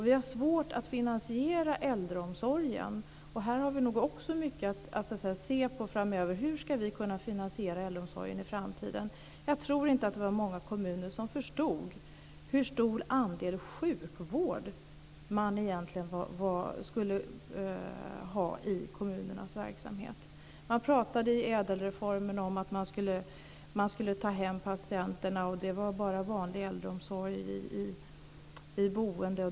Vi har svårt att finansiera äldreomsorgen. Här har vi nog också mycket att fundera över framöver. Hur ska vi kunna finansiera äldreomsorgen i framtiden? Jag tror inte att det var många kommuner som förstod hur stor andel sjukvård man skulle behöva i kommunernas verksamhet. I ädelreformen pratade man om att man skulle ta hem patienterna. Det var bara vanlig äldreomsorg i boendet.